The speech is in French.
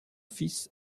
fils